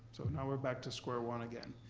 so now we're back to square one again,